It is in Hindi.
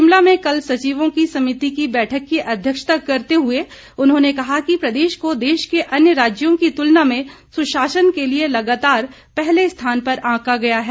शिमला में कल सचिवों की समिति की बैठक की अध्यक्षता करते हुए उन्होंने कहा है कि प्रदेश को देश के अन्य राज्यों की तुलना में सुशासन के लिए लगातार पहले स्थान पर आंका गया है